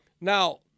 Now –